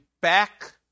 back